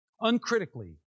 uncritically